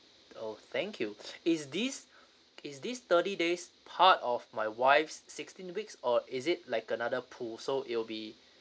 oh thank you is this is this thirty days part of my wife's sixteen weeks or is it like another pool so it will be